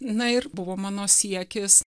na ir buvo mano siekis